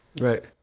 right